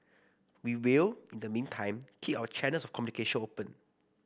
we will in the meantime keep our channels of communication open